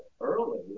early